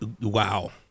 wow